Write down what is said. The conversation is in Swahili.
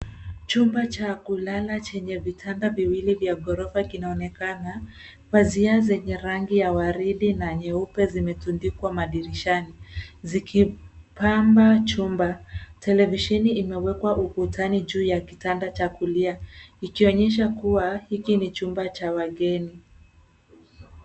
Chumba cha kulala chenye vitanda viwili vya ghorofa kinaonekana. Pazia zenye rangi ya waridi na nyeupe zimefunikwa madirishani zikipamba chumba. Televisheni imewekwa ukutani juu ya kitanda cha kulia ikionyesha kuwa hiki ni chumba cha wageni.